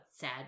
sad